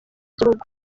gihugu